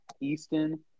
Easton